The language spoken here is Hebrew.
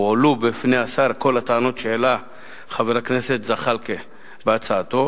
הועלו בפני השר כל הטענות שהעלה חבר הכנסת זחאלקה בהצעתו,